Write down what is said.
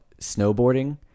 snowboarding